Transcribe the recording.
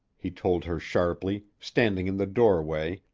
he told her sharply, standing in the doorway,